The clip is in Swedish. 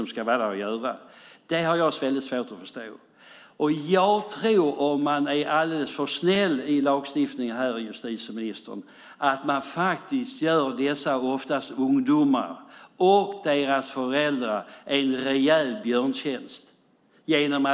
Om man är alldeles för snäll i lagstiftningen och trycker på den personliga integriteten, justitieministern, tror jag att man gör dessa oftast ungdomar och deras föräldrar en rejäl björntjänst.